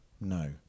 No